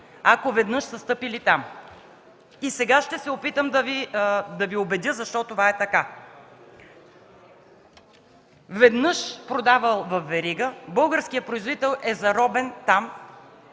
ако веднъж са стъпили там. И сега ще се опитам да Ви убедя защо това е така. Веднъж продавал във верига, българският производител е заробен там